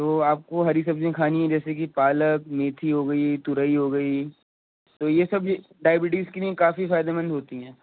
تو آپ کو ہری سبزیاں کھانی ہیں جیسے کہ پالک میٹھی ہو گئی ترئی ہو گئی تو یہ سب ڈائبٹیز کے لیے کافی فائدہ مند ہوتی ہیں